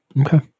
Okay